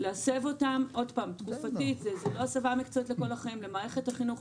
להסב אותם תקופתית זה לא הסבה מקצועית לכל החיים למערכת החינוך,